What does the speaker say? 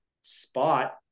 spot